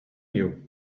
you